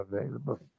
available